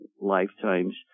lifetimes